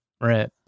right